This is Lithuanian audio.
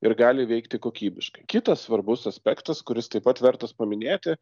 ir gali veikti kokybiškai kitas svarbus aspektas kuris taip pat vertas paminėti